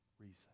reason